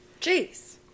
Jeez